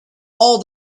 all